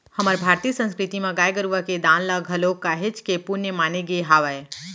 हमर भारतीय संस्कृति म गाय गरुवा के दान ल घलोक काहेच के पुन्य माने गे हावय